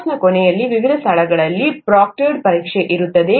ಕೋರ್ಸ್ನ ಕೊನೆಯಲ್ಲಿ ವಿವಿಧ ಸ್ಥಳಗಳಲ್ಲಿ ಪ್ರೊಕ್ಟೊರ್ಡ್ ಪರೀಕ್ಷೆ ಇರುತ್ತದೆ